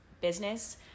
business